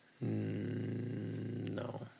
No